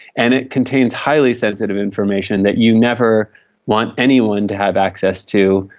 and it contains highly sensitive information that you never want anyone to have access to,